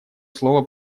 слово